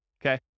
okay